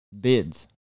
bids